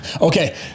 okay